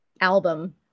album